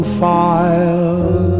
file